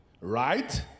right